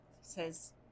says